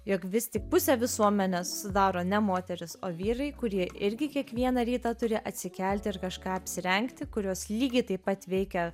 jog vis tik pusę visuomenės sudaro ne moterys o vyrai kurie irgi kiekvieną rytą turi atsikelti ir kažką apsirengti kuriuos lygiai taip pat veikia